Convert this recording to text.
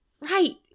Right